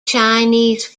chinese